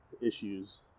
issues